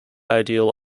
ideal